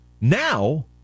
Now